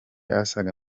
asaga